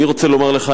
אני רוצה לומר לך,